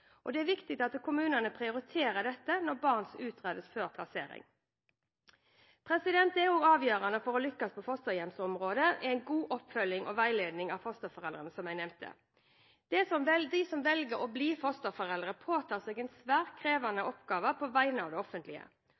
tilværelse. Det er viktig at kommunene prioriterer dette når barnet utredes før plassering. Noe som også er avgjørende for å lykkes på fosterhjemsområdet, er, som jeg nevnte, god oppfølging og veiledning av fosterforeldrene. De som velger å bli fosterforeldre, påtar seg en svært krevende oppgave på vegne av det offentlige.